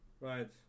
Right